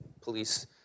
police